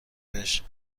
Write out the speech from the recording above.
بهش